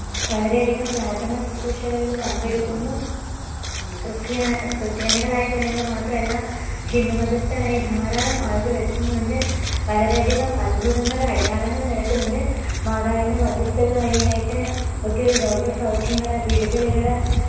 വളരെയധികം പ്രാര്ത്ഥനാ ശ്രുശ്രൂഷകളിൽ പങ്കെടുക്കുന്നു ക്രിസ്ത്യാനികളായ ജനങ്ങൾ മാത്രമല്ല ഹിന്ദു മതസ്ഥരായ ധാരാളം ആളുകൾ എത്തുന്നുണ്ട് വളരെയധികം അത്ഭുതങ്ങൾ അടയാളങ്ങൾ നടക്കുന്നുണ്ട് മാതാവിന്റെ മധ്യസ്ഥത വഴിയായിട്ട് ഒത്തിരി രോഗ സൗഖ്യങ്ങൾ വിടുതലുകൾ